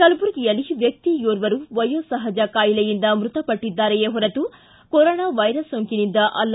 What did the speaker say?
ಕಲಬುರಗಿಯಲ್ಲಿ ವ್ಯಕ್ತಿಯೋರ್ವರು ವಯೋಸಹಜ ಕಾಯಿಲೆಯಿಂದ ಮೃತಪಟ್ಟದ್ದಾರೆಯೇ ಹೊರತು ಕೊರೋನಾ ವೈರಸ್ ಸೋಂಕಿನಿಂದ ಅಲ್ಲ